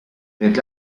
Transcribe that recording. per